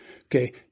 Okay